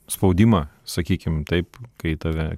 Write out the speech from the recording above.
spaudimą sakykim taip kai tave